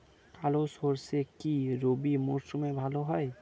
কালো সরষে কি রবি মরশুমে ভালো হয়?